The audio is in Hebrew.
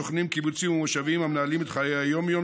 שוכנים קיבוצים ומושבים המנהלים את חיי היום-יום